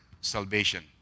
salvation